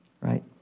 right